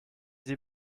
sie